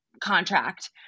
contract